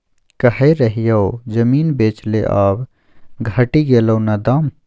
कहय रहियौ जमीन बेच ले आब घटि गेलौ न दाम